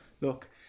look